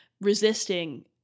resisting